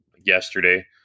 yesterday